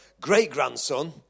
great-grandson